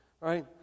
right